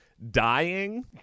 dying